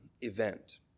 event